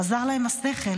חזר להם השכל.